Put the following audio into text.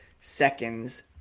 seconds